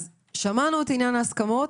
שמענו את עניין ההסכמות,